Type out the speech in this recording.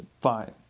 Fine